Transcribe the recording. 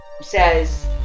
says